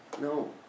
No